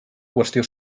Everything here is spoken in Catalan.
qüestió